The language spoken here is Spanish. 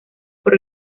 por